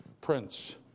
Prince